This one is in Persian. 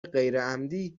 غیرعمدی